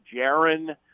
Jaron